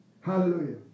Hallelujah